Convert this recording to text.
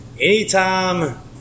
Anytime